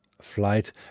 flight